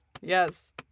Yes